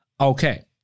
Okay